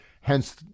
hence